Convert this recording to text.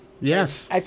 Yes